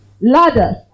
ladder